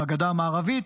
בגדה המערבית,